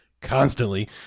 constantly